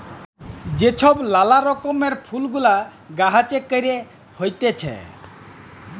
যে ছব লালা রকমের ফুল গুলা গাহাছে ক্যইরে হ্যইতেছে